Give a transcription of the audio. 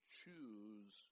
choose